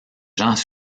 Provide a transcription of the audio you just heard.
gens